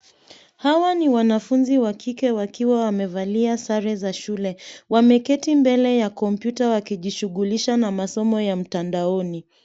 Hawa ni wanafunzi wa kike wakiwa wamevalia sare za shule. Wameketi mbele ya kompyuta wakijishughulisha na masomo ya mtandaoni.